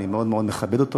אני מאוד מאוד מכבד אותו,